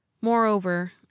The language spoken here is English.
Moreover